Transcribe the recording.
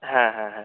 হ্যাঁ হ্যাঁ হ্যাঁ